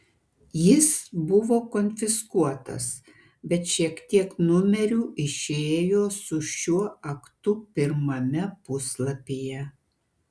jis buvo konfiskuotas bet šiek tiek numerių išėjo su šiuo aktu pirmame puslapyje